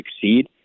succeed